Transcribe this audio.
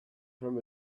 from